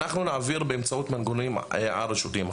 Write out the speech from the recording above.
אנחנו נעביר באמצעות המנגנונים הרשותיים.